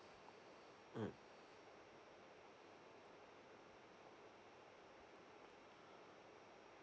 mm